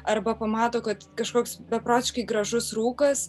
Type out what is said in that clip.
arba pamato kad kažkoks beprotiškai gražus rūkas